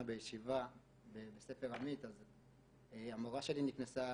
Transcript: בישיבה בבית ספר עמית אז המורה שלי נכנסה